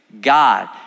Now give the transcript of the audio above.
God